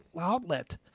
outlet